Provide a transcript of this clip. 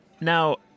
Now